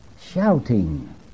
Shouting